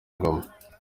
ngoma